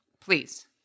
Please